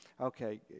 okay